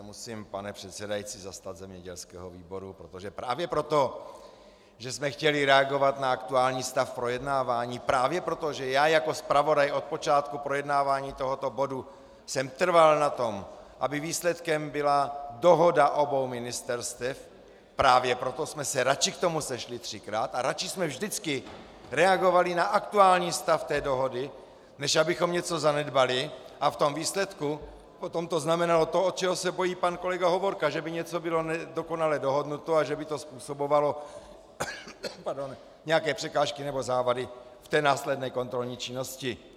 Musím se, pane předsedající, zastat zemědělského výboru, protože právě proto, že jsme chtěli reagovat na aktuální stav projednávání, právě proto, že já jako zpravodaj od počátku projednávání tohoto bodu jsem trval na tom, aby výsledkem byla dohoda obou ministerstev, právě proto jsme se radši k tomu sešli třikrát a radši jsme vždycky reagovali na aktuální stav té dohody, než abychom něco zanedbali a v tom výsledku potom to znamenalo to, čeho se bojí pan kolega Hovorka, že by něco bylo nedokonale dohodnuto a že by to způsobovalo nějaké překážky nebo závady v té následné kontrolní činnosti.